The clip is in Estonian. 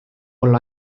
olla